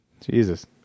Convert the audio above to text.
Jesus